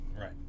right